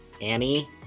Annie